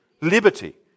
liberty